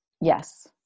Yes